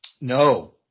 No